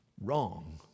wrong